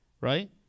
right